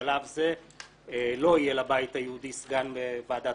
שבשלב זה לא יהיה לבית היהודי סגן יו"ר ועדת